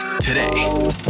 Today